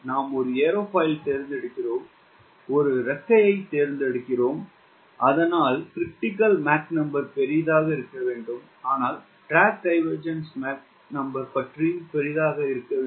நாம் ஒரு ஏரோஃபாயில் தேர்ந்தெடுக்கிறோம் ஒரு இறக்கையைத் தேர்ந்தெடுக்கவும் அதனால் Mcritical பெரியதாக இருக்க வேண்டும் MDD யும் பெரியதாக இருக்க வேண்டும்